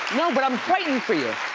no but i'm praying for you.